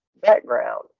background